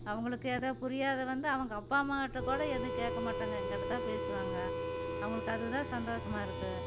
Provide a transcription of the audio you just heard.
அவங்களுக்கு எதா புரியாத வந்து அவங்க அப்பா அம்மாக்கிட்ட கோட எதுவும் கேட்க மாட்டாங்க எங்ககிட்டதான் பேசுவாங்க அவங்களுக்கு அதுதான் சந்தோஷமாக இருக்கு